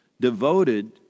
devoted